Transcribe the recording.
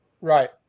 Right